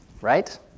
right